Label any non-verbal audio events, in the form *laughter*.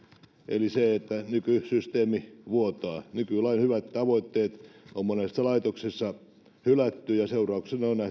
eli se että nykysysteemi vuotaa nykylain hyvät tavoitteet on monessa laitoksessa hylätty ja seurauksena *unintelligible*